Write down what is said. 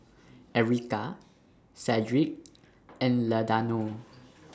Erykah Cedrick and Ladonna